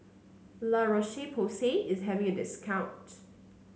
La Roche Porsay is having a discount